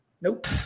Nope